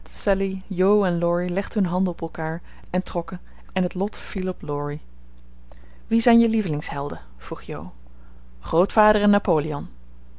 en laurie legden hun handen op elkaar en trokken en het lot viel op laurie wie zijn je lievelingshelden vroeg jo grootvader en napoleon